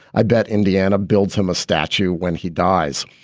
i bet indiana builds him a statue when he dies.